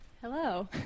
Hello